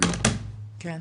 כן.